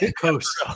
Coast